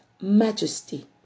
majesty